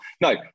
no